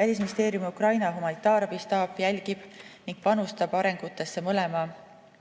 Välisministeeriumi Ukraina humanitaarabi staap jälgib ning panustab arengutesse mõlema